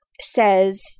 says